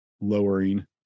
lowering